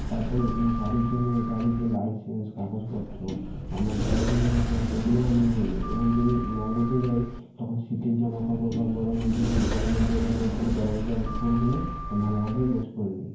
তারপর গাড়ির জন্য গাড়ির যে লাইসেন্স কাগজপত্র আমার ড্রাইভিং লাইসেন্স এইগুলোও আমি নিয়ে নিই এবং যদি লং রুটে যাই তখন শীতের জামাকাপড় বা গরমে যদি গরমের জায়গায় যাই তাহলে গরমের জামাকাপড়গুলো আমি ভালোভাবে গোছ করে নিই